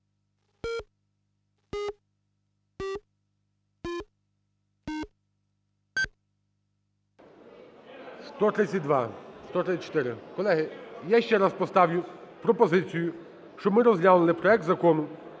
132…. 134. Колеги, я ще раз поставлю пропозицію, щоб ми розглянули проект Закону